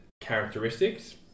characteristics